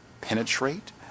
penetrate